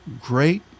great